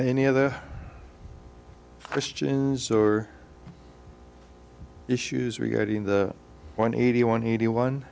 any other questions or issues regarding the one eighty one eighty one